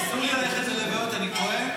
אסור לי ללכת ללוויות, אני כוהן.